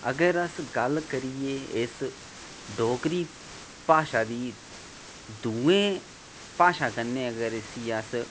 अगर अश गल्ल करिये अस डोरी भाशा दी दूएं भाशा कन्नै अगर इसी अस